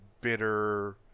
bitter